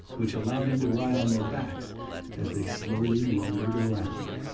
which allowed him to ride on their backs as they slowly lumbered around.